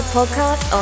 Podcast